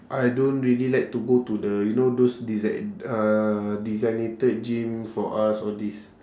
I don't really like to go to the you know those desi~ uh designated gyms for us all these